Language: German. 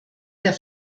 der